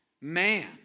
man